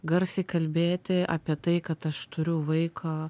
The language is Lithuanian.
garsiai kalbėti apie tai kad aš turiu vaiką